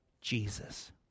jesus